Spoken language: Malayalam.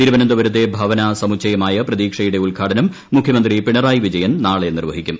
തിരുവനന്തപുരത്തെ ഭവന സമുച്ചയമായ പ്രതീക്ഷയുടെ ഉദ്ഘാടനം മുഖ്യമന്ത്രി പിണറായി വിജയൻ നാളെ നിർവ്വഹിക്കും